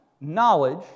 knowledge